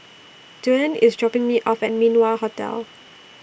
Duane IS dropping Me off At Min Wah Hotel